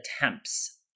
attempts